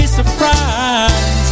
Surprise